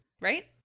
right